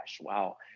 wow